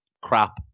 crap